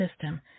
system